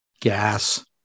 gas